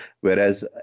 whereas